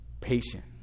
patient